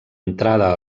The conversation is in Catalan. entrada